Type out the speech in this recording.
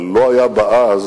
אבל לא היה בה אז